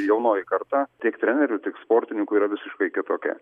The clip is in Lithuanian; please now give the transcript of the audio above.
jaunoji karta tiek trenerių tik sportininkų yra visiškai kitokia